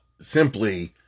simply